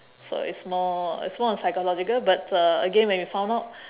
so it's more it's more on psychological but uh again when we found out